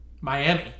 Miami